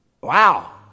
wow